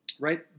right